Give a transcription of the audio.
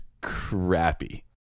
crappy